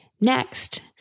Next